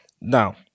Now